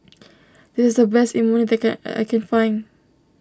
this is the best Imoni that I can I can find